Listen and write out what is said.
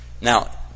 Now